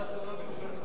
שעמדת בלוח הזמנים,